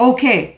Okay